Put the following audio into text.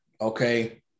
okay